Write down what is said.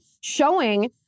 showing